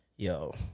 Yo